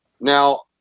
Now